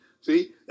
See